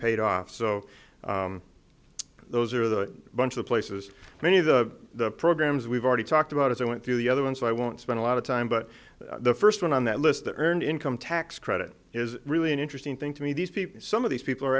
paid off so those are the bunch of places many of the programs we've already talked about as i went through the other ones i won't spend a lot of time but the first one on that list the earned income tax credit is really an interesting thing to me these people some of these people are